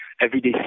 Everyday